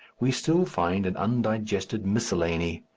we still find an undigested miscellany.